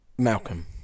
Malcolm